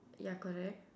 ya correct